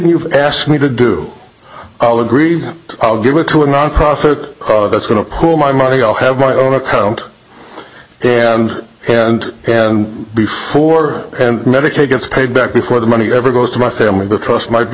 you've asked me to do i'll agree i'll give it to a nonprofit that's going to pull my money i'll have my own account and and and before and medicaid gets paid back before the money ever goes to my family but trust might be